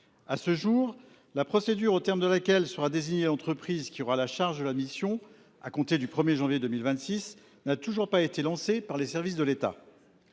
à ce jour, la procédure au terme de laquelle sera désignée l’entreprise qui aura la charge de cette mission à compter du 1 janvier 2026 n’a toujours pas été lancée par les services de l’État.